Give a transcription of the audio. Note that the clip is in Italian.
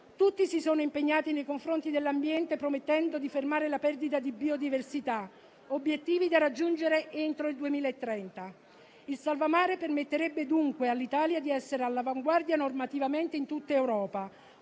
Tutti si sono impegnati nei confronti dell'ambiente, promettendo di fermare la perdita di biodiversità e con obiettivi da raggiungere entro il 2030. Il provvedimento permetterebbe dunque all'Italia di essere all'avanguardia normativamente in tutta Europa